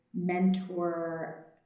mentor